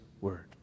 word